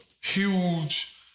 huge